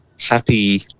happy